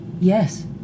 Yes